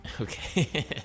Okay